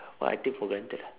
what I take for granted ah